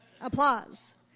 applause